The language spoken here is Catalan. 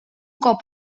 cop